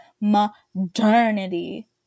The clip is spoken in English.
modernity